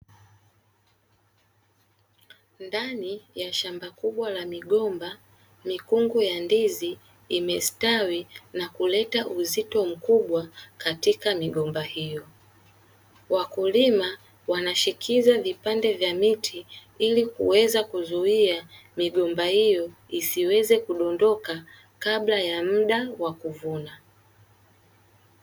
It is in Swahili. Ndani ya shamba kubwa la migomba, mikungu ya ndizi imestawi na kuleta uzito mkubwa katika migomba hiyo. Wakulima wanashikiza vipande vya miti ili kuweza kuzuia migomba hiyo isiweze kudondoka kabla ya muda wa kuvuna.